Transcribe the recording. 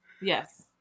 Yes